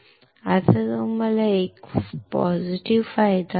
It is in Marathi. आता फायदा काय पॉझिटिव्ह होता